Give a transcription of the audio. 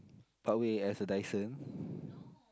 Parkway as a Dyson